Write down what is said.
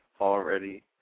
already